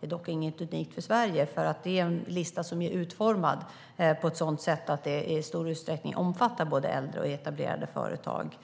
Det är dock inget unikt för Sverige, för det är en lista som är utformad på ett sådant sätt att den i stor utsträckning omfattar äldre och etablerade företag.